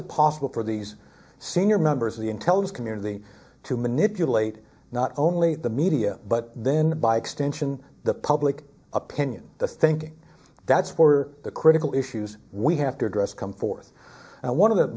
it possible for these senior members of the intelligence community to manipulate not only the media but then by extension the public opinion the thinking that's for the critical issues we have to address come forth and one of the